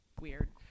weird